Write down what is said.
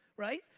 right?